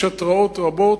יש התרעות רבות.